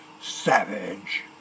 savage